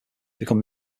became